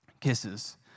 kisses